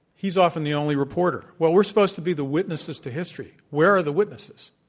he's often the only reporter. well we're supposed to be the witnesses to history. where are the witnesses?